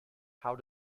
how